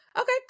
Okay